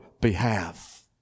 behalf